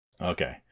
Okay